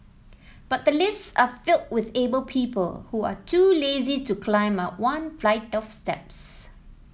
but the lifts are filled with able people who are too lazy to climb up one flight of steps